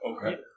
Okay